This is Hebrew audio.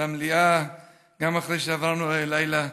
במליאה גם אחרי שעברנו לילה קשה.